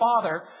Father